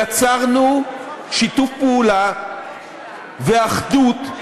יצרנו שיתוף פעולה ואחדות,